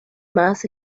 más